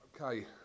Okay